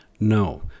No